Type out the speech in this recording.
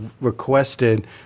requested